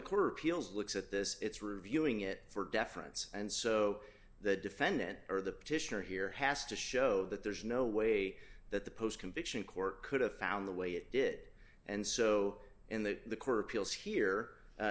appeals looks at this it's reviewing it for deference and so the defendant or the petitioner here has to show that there's no way that the post conviction court could have found the way it did and so in that the court of appeals here